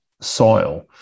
soil